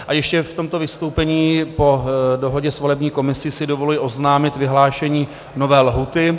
A ještě v tomto vystoupení po dohodě s volební komisí si dovoluji oznámit vyhlášení nové lhůty.